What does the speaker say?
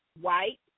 white